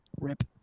Rip